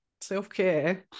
self-care